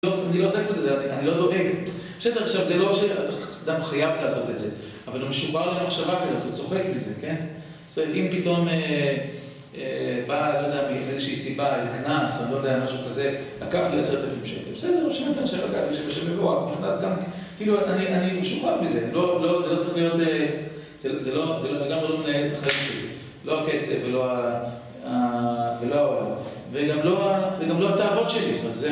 אני לא עוסק בזה, אני לא דואג בסדר, עכשיו, זה לא שאדם חייב לעשות את זה אבל הוא משובע על המחשבה כזאת, הוא צוחק מזה, כן? הוא עושה לי, אם פתאום בא, לא יודע מי, מאיזושהי סיבה איזה קנס או לא יודע, משהו כזה לקח לי 10,000 שקל, בסדר, הוא שים את האנשי הרכבי שבשביבו, אבל הוא נכנס גם כאילו, אני משוחרר בזה זה לא צריך להיות זה גם לא נהל את החלק שלי לא הכסף ולא וגם לא התאבות שלי